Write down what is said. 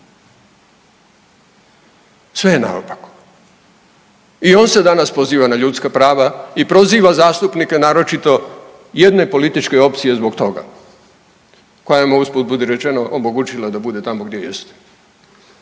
Sve je naopako i on se danas poziva na ljudska prava i proziva zastupnike, naročito jedne političke opcije zbog toga koja mu je usput budi rečeno omogućila da bude tamo gdje jeste.